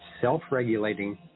self-regulating